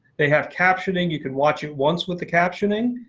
they have captioning. you can watch it once with the captioning.